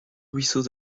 ruisseaux